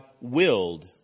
willed